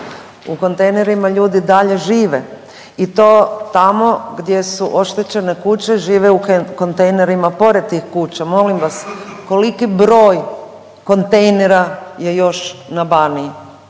U kontejnerima ljudi dalje žive i to tamo gdje su oštećene kuće žive u kontejnerima pored tih kuća. Molim vas koliki broj kontejnera je još na Baniji